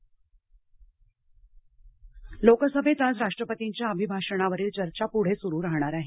संसद चर्चा लोकसभेत आज राष्ट्रपतींच्या अभिभाषणावरील चर्चा पुढे सुरू राहणार आहे